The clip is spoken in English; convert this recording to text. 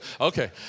Okay